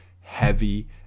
heavy